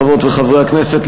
חברות וחברי הכנסת,